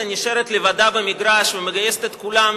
נשארת לבדה במגרש ומגייסת את כולם,